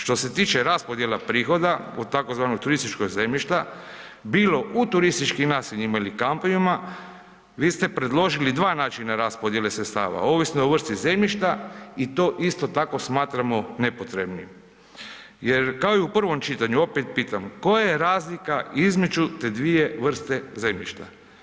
Što se tiče raspodjela prihoda od tzv. turističkog zemljišta, bilo u turističkim naseljima ili kampovima, vi ste predložili dva načina raspodjele sredstava, ovisno o vrsti zemljišta i to isto tako smatramo nepotrebnim jer kao i u prvom čitanju opet pitam, koja je razlika između te dvije vrste zemljišta?